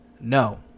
No